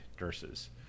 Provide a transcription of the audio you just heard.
nurses